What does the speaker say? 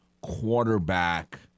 quarterback